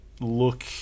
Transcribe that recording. ...look